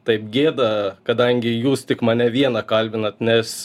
taip gėda kadangi jūs tik mane vieną kalbinat nes